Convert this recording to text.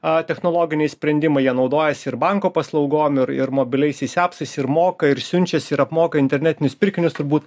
a technologiniai sprendimai jie naudojasi ir banko paslaugom ir mobiliaisiais apsais ir moka ir siunčiasi ir apmoka internetinius pirkinius turbūt